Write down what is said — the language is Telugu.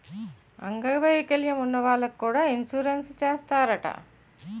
అంగ వైకల్యం ఉన్న వాళ్లకి కూడా ఇన్సురెన్సు చేస్తారట